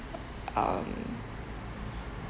um